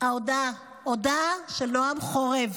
הודעה של נעם חורב: